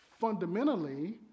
fundamentally